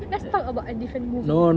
let's talk about a different movie